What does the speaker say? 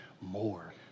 more